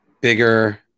bigger